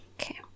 Okay